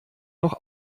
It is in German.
noch